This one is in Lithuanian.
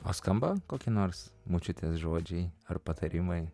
o skamba kokie nors močiutės žodžiai ar patarimai